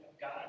God